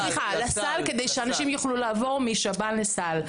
סליחה, לסל, כדי שאנשים יוכלו לעבור משב"ן לסל.